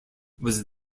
was